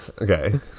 Okay